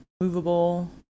movable